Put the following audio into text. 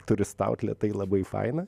turistaut lėtai labai faina